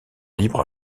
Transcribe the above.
libre